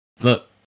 look